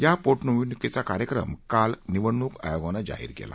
या पोटनिवडणुक चा काय म काल निवडणूक आयोगानं जाहीर केला